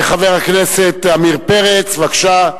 חבר הכנסת עמיר פרץ, בבקשה.